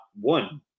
one